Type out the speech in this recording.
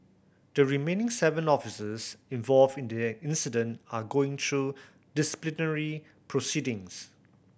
the remaining seven officers involved in the incident are going through disciplinary proceedings